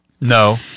No